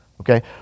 Okay